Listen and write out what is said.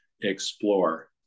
explore